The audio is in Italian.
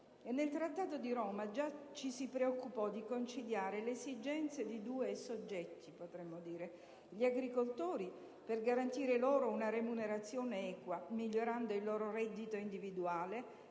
nel Trattato di Roma ci si preoccupò di conciliare le esigenze di due soggetti: gli agricoltori (per garantire loro una remunerazione equa, migliorando il loro reddito individuale,